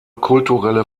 kulturelle